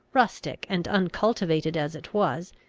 rustic and uncultivated as it was,